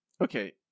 Okay